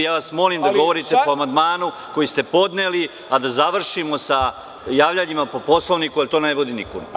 Molim vas da govorite po amandmanu koji ste podneli, a da završimo sa javljanjima po Poslovniku jer to ne vodi nikuda.